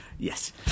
Yes